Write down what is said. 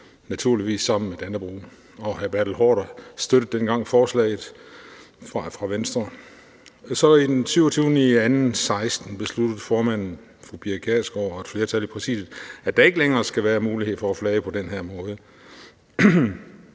naturligvis sammen med Dannebrog. Og hr. Bertel Haarder fra Venstre støttede dengang forslaget. Den 27. februar 2016 besluttede formanden, fru Pia Kjærsgaard, og et flertal i Præsidiet, at der ikke længere skulle være mulighed for at flage på den måde.